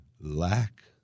lack